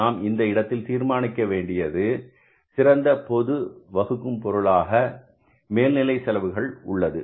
நாம் இந்த இடத்தில் தீர்மானிக்க வேண்டியது சிறந்த பொது வகுக்கும் பொருளாக மேல்நிலை செலவுகள் உள்ளது